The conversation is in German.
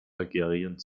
algerien